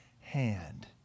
hand